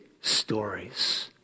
stories